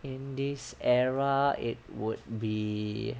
in this era it would be